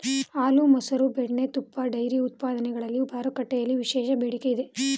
ಹಾಲು, ಮಸರು, ಬೆಣ್ಣೆ, ತುಪ್ಪ, ಡೈರಿ ಉತ್ಪನ್ನಗಳಿಗೆ ಮಾರುಕಟ್ಟೆಯಲ್ಲಿ ವಿಶೇಷವಾದ ಬೇಡಿಕೆ ಇದೆ